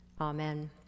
amen